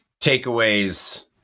takeaways